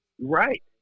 right